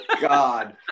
God